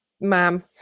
Ma'am